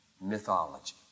mythology